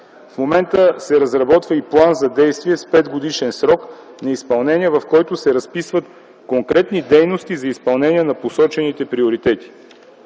В момента се разработва и План за действие с петгодишен срок на изпълнение, в който се разписват конкретни дейности за изпълнение на посочените приоритети.